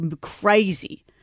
crazy